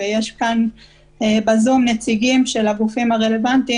ויש כאן בזום נציגים של הגופים הרלוונטיים,